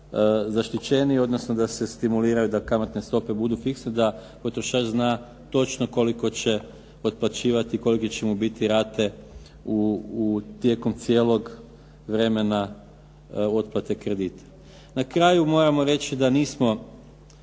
odnosno da se stimuliraju da kamatne stope budu fiksne, da potrošač zna točno koliko će otplaćivati, kolike će mu biti rate tijekom cijelog vremena otplate kredita. Na kraju moramo reći da nismo